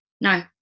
No